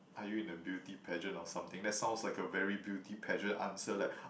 are you in a beauty pageant or something that sounds like a very beauty pageant answer like